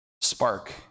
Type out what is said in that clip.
spark